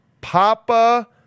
Papa